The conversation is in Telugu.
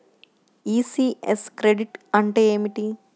ఈ.సి.యస్ క్రెడిట్ అంటే ఏమిటి?